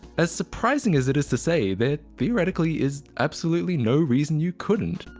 as surprising as it is to say, there theoretically is absolutely no reason you couldn't.